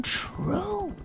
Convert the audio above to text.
true